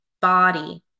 body